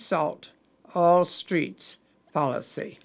salt all streets policy